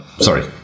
Sorry